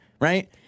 right